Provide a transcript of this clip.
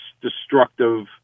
destructive